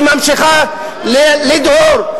היא ממשיכה לדהור,